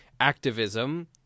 activism